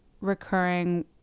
recurring